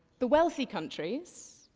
the wealthy countries,